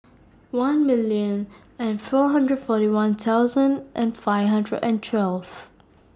one million and four hundred forty one thousand and five hundred and twelfth